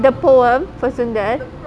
the poem for sundar